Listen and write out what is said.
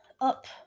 Up